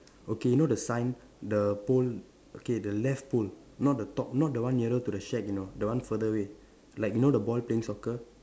okay you know the sign the pole okay the left pole not the top not the one nearer to the shack you know the one further away like you know the boy playing soccer